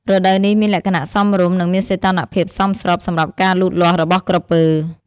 រដូវនេះមានលក្ខណៈសមរម្យ និងមានសីតុណ្ហភាពសមស្របសម្រាប់ការលូតលាស់របស់ក្រពើ។